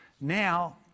Now